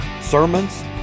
sermons